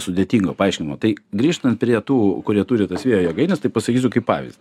sudėtingo paaiškinimo tai grįžtant prie tų kurie turi tas vėjo jėgaines tai pasakysiu kaip pavyzdį